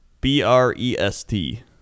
B-R-E-S-T